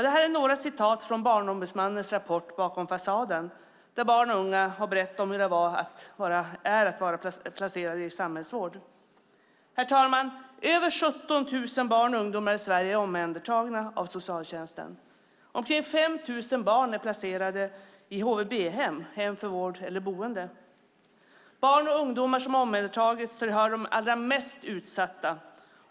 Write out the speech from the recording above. Detta är några citat från Barnombudsmannens rapport Bakom fasaden där barn och unga har berättat om hur det är att vara placerad i samhällsvård. Herr talman! Över 17 000 barn och ungdomar i Sverige är omhändertagna av socialtjänsten. Omkring 5 000 barn är placerade i HVB-hem, hem för vård eller boende. Barn och ungdomar som omhändertagits tillhör de allra mest utsatta.